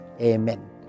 Amen